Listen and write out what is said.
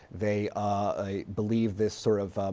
they ah believe this sort of,